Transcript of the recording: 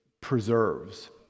preserves